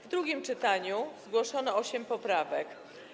W drugim czytaniu zgłoszono osiem poprawek.